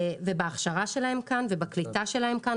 ובהכשרה שלהם כאן ובקליטה שלהם כאן,